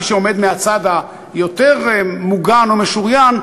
מי שעומד מהצד היותר מוגן או משוריין,